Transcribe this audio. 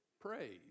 praise